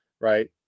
right